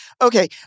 Okay